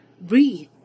Breathe